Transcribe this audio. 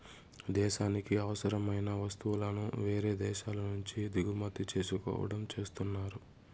దేశానికి అవసరమైన వస్తువులను వేరే దేశాల నుంచి దిగుమతి చేసుకోవడం చేస్తున్నారు